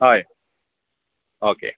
हय ओके